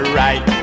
right